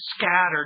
scattered